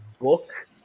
book